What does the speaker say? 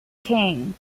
king